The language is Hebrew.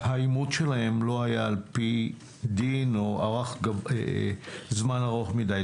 שהאימוץ שלהם לא היה על פי דין או ארך זמן ארוך מדיי.